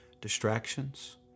Distractions